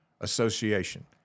association